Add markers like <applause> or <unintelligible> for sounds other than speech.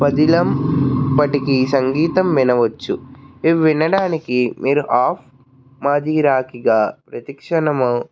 పదిలం పటికి సంగీతం వినవచ్చు ఇవి వినడానికి మీరు ఆఫ్ <unintelligible> ప్రతిక్షణము